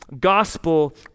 gospel